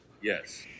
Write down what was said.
Yes